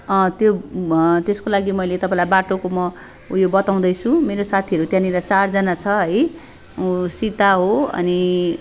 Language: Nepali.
त्यो त्यसको लागि मैले तपाईँलाई बाटोको म उयो बताउँदैछु मेरो साथीहरू त्यहाँनिर चारजना छ है ऊ सीता हो अनि